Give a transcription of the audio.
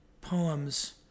poems